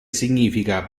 significa